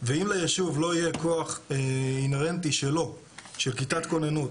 ואם ליישוב לא יהיה כוח אינהרנטי שלו של כיתת כוננות,